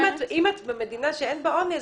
אם את במדינה שאין בה עוני,